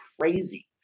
crazy